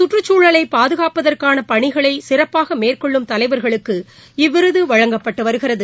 சுற்றுகுழலைபாதுகாப்பதற்கானபணிகளைசிறப்பாகமேற்கொள்ளும் தலைவர்களுக்கு இவ்விருதுவழங்கப்பட்டுவருகிறது